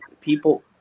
people